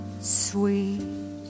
Sweet